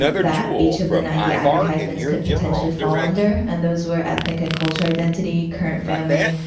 um that each of the ninety advertisements could potentially fall under, and those were ethnic and cultural identity, current family,